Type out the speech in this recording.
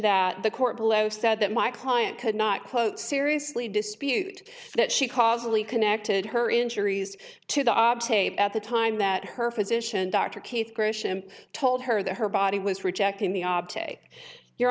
that the court below said that my client could not quote seriously dispute that she causally connected her injuries to the at the time that her physician dr keith grisham told her that her body was rejecting the object your